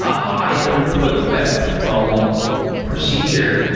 ah high-throughput, web crawling procedure.